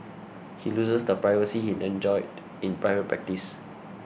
he loses the privacy he enjoyed in private practice